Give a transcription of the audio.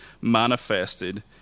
manifested